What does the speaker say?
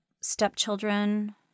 stepchildren